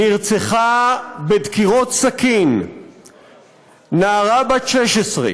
נרצחה בדקירות סכין נערה בת 16,